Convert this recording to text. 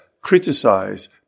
criticize